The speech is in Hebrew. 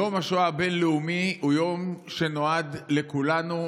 יום השואה הבין-לאומי הוא יום שנועד לכולנו.